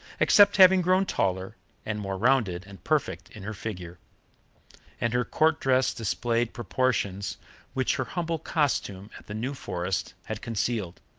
except having grown taller and more rounded and perfect in her figure and her court-dress displayed proportions which her humble costume at the new forest had concealed,